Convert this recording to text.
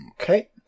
Okay